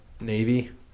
Navy